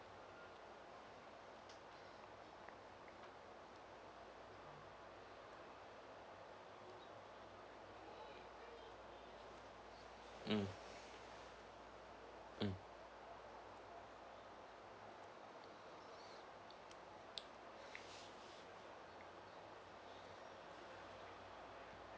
mm mm